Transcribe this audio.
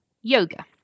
yoga